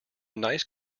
nice